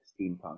steampunk